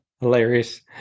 Hilarious